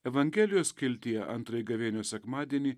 evangelijos skiltyje antrąjį gavėnios sekmadienį